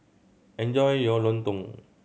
enjoy your lontong